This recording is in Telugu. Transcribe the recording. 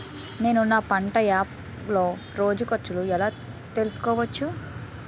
నేను నా పంట యాప్ లో రోజు ఖర్చు ఎలా తెల్సుకోవచ్చు?